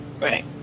Right